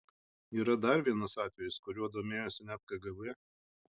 yra dar vienas atvejis kuriuo domėjosi net kgb